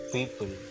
People